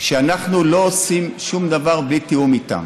שאנחנו לא עושים שום דבר בלי תיאום איתם.